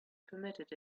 permitted